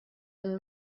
and